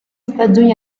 stagioni